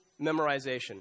memorization